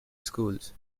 schools